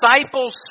disciples